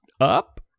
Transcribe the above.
up